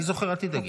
אני זוכר, אל תדאגי.